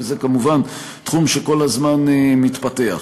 וזה כמובן תחום שכל הזמן מתפתח.